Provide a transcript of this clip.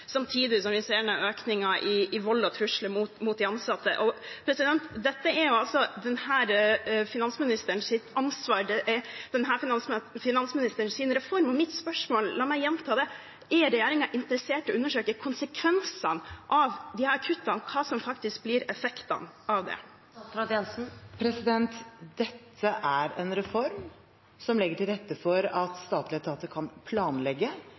samtidig som vi ser en økning i vold og trusler mot de ansatte. Dette er denne finansministerens ansvar. Det er denne finansministerens reform. Mitt spørsmål – la meg gjenta det: Er regjeringen interessert i å undersøke konsekvensene av disse kuttene, hva som faktisk blir effektene av det? Dette er en reform som legger til rette for at statlige etater kan planlegge